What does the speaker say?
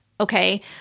Okay